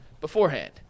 beforehand